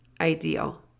ideal